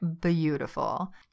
Beautiful